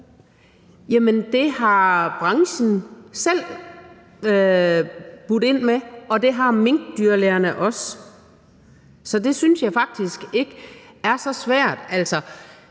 Jamen det har branchen selv budt ind med, og det har minkdyrlægerne også. Så det synes jeg faktisk ikke er så svært.